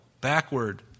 backward